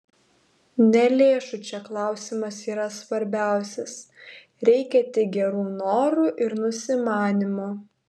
ne lėšų čia klausimas yra svarbiausias reikia tik gerų norų ir nusimanymo